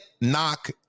knock